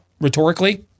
rhetorically